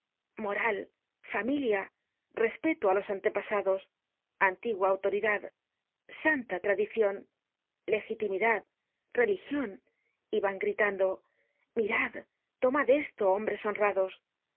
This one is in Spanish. moral familia respeto á los antepasados antigua autoridad santa tradicion legitimidad religion y van gritando mirad tomad esto hombres honrados